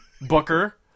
Booker